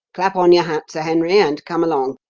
clap on your hat, sir henry, and come along.